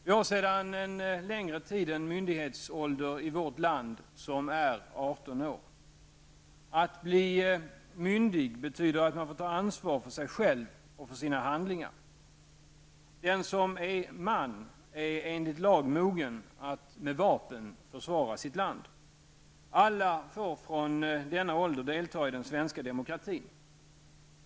Vi har sedan en längre tid en myndighetsålder i vårt land på 18 år. Att bli myndig betyder att man får ta ansvar för sig själv och för sina handlingar. Den som är man är enligt lagen mogen att med vapen försvara sitt land. Alla får från denna ålder delta i den svenska demokratin.